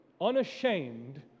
unashamed